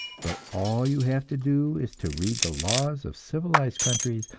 but all you have to do is to read the laws of civilized countries,